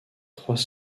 trois